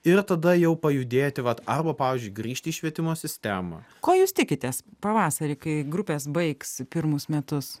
ir tada jau pajudėti vat arba pavyzdžiui grįžti į švietimo sistemą ko jūs tikitės pavasarį kai grupės baigs pirmus metus